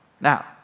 Now